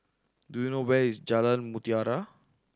do you know where is Jalan Mutiara